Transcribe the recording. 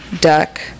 Duck